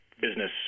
business